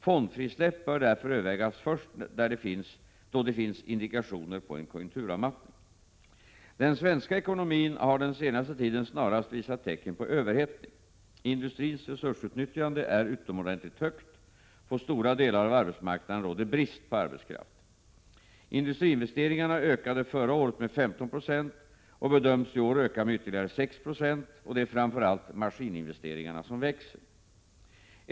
Fondfrisläpp bör därför övervägas först då det finns indikationer på en konjunkturavmattning. Den svenska ekonomin har den senaste tiden snarast visat tecken på överhettning. Industrins resursutnyttjande är utomordentligt högt. På stora delar av arbetsmarknaden råder brist på arbetskraft. Industriinvesteringarna ökade förra året med 15 90 och bedöms i år öka med ytterligare 6 70, och det är framför allt maskininvesteringarna som växer.